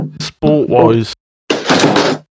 Sport-wise